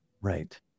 Right